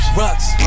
rocks